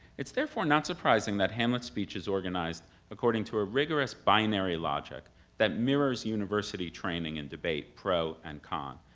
it's therefore not surprising that hamlet's speech is organized according to a rigorous binary logic that mirrors university training in debate, pro and con,